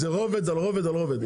זה רובד על רובד על רובד.